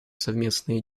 совместные